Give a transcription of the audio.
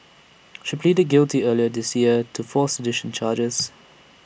she pleaded guilty earlier this year to four sedition charges